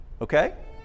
okay